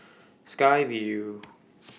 Sky Vue